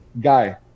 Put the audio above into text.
guy